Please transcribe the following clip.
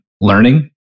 learning